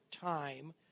time